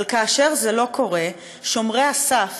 אבל כאשר זה לא קורה, שומרי הסף